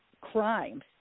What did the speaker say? crimes